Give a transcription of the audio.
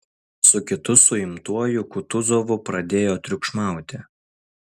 su kitu suimtuoju kutuzovu pradėjo triukšmauti